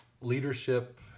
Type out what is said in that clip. leadership